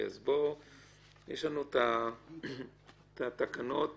יש לנו את התקנות